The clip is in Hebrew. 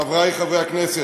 חברי חברי הכנסת,